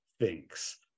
thinks